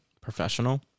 professional